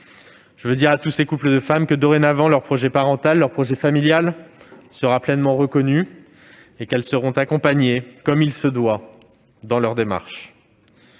Je veux dire à tous ces couples de femmes que, dorénavant, leur projet parental, leur projet familial, sera pleinement reconnu et qu'elles seront accompagnées comme il se doit dans leurs démarches.